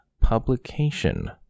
publication